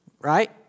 right